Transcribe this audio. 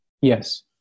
Yes